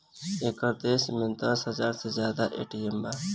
एकर देश में दस हाजार से जादा ए.टी.एम बा